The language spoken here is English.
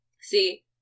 See